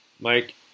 Mike